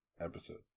episode